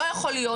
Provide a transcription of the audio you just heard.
לא יכול להיות,